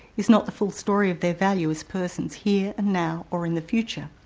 is not the full story of their value as persons here and now or in the future.